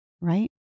right